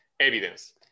evidence